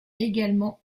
également